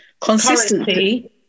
Consistency